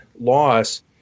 loss